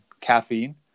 caffeine